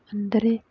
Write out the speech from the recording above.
ಅಂದರೆ